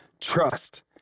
trust